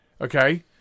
Okay